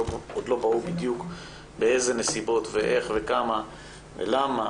עוד לא ברור בדיוק באילו נסיבות ואיך וכמה ולמה.